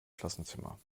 klassenzimmer